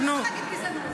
מספיק להגיד גזענות.